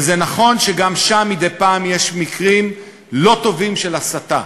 וזה נכון שגם שם מדי פעם יש מקרים לא טובים של הסתה,